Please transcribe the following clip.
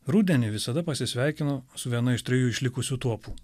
rudenį visada pasisveikinu su viena iš trijų išlikusių tuopų